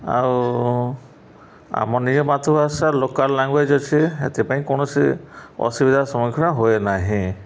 ଆଉ ଆମ ନିଜ ମାତୃଭାଷା ଲୋକାଲ୍ ଲାଙ୍ଗୁଏଜ୍ ଅଛି ସେଥିପାଇଁ କୌଣସି ଅସୁବିଧାର ସମ୍ମୁଖୀନ ହୁଏ ନାହିଁ